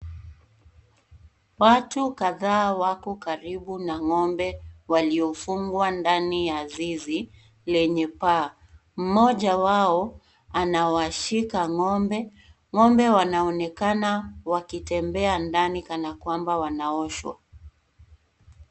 Watu kadhaa wako karibu na ng'ombe waliofungwa ndani ya zizi lenye paa. Mmoja wao anawashika ng'ombe, Ng'ombe wanaonekana wakitembea ndani kana kwamba wanaoshwa.